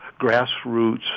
grassroots